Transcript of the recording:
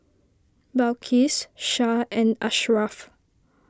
Balqis Shah and Ashraf